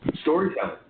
storytelling